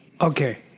Okay